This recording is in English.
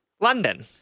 London